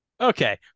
okay